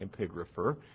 epigrapher